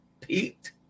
Pete